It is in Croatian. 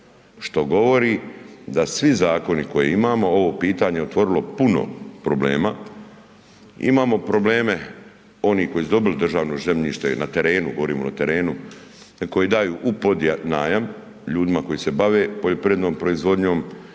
što govori da svi zakoni koje imamo ovo pitanje otvorilo puno problema. Imamo probleme, oni koji su dobili državno zemljište na terenu, govorimo o terenu koji daju u podnajam ljudima koji se bave poljoprivrednom proizvodnjom,